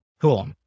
Cool